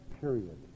period